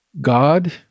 God